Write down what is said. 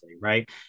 right